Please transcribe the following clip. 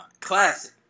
Classic